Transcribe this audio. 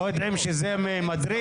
הם לא יודעים שהטיסה היא למשל ממדריד?